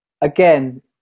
Again